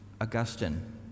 Augustine